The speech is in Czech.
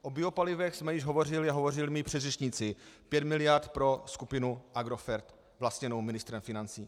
O biopalivech jsme již hovořili a hovořili mí předřečníci pět miliard pro skupinu Agrofert vlastněnou ministrem financí.